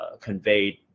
conveyed